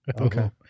Okay